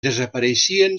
desapareixien